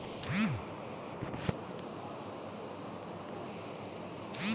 मी पंतप्रधान योजनेत बसतो का नाय, हे मले कस पायता येईन?